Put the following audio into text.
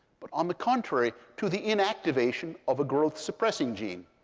but on the contrary, to the inactivation of a growth suppressing gene.